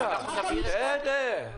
רגע, בסדר.